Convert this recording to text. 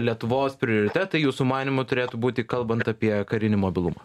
lietuvos prioritetai jūsų manymu turėtų būti kalbant apie karinį mobilumą